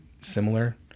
similar